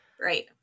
Right